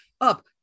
up